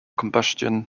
combustion